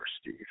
Steve